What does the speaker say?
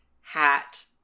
hat